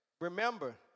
remember